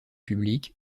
publiques